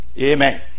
amen